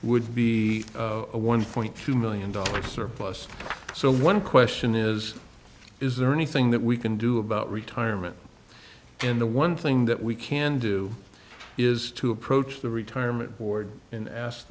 would be a one point two million dollars surplus so one question is is there anything that we can do about retirement and the one thing that we can do is to approach the retirement board and asked